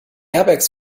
airbags